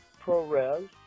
ProRes